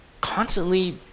constantly